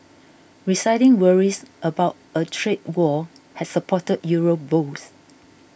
receding worries about a trade war had supported Euro bulls